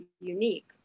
unique